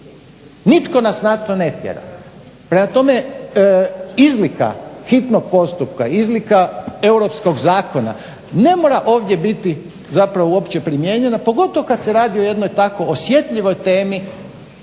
Nitko nas na to ne tjera. Prema tome izlika hitnog postupka, izlika europskog zakona, ne mora ovdje biti zapravo uopće primijenjena pogotovo kad se radi o jednoj tako osjetljivoj temi